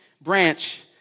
branch